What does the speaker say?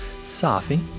Safi